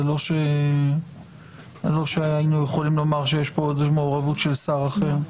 זה לא שהיינו יכולים לומר שיש פה עודף מעורבות של שר אחר.